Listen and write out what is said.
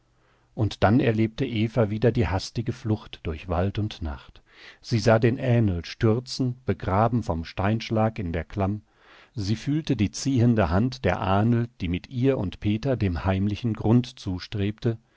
und dann erlebte eva wieder die hastige flucht durch wald und nacht sie sah den ähnl stürzen begraben vom steinschlag in der klamm sie fühlte die ziehende hand der ahnl die mit ihr und peter dem heimlichen grund zustrebte